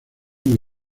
muy